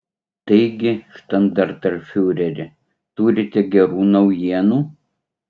taigi štandartenfiureri turite gerų naujienų